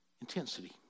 Intensity